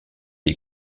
est